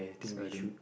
so I didn't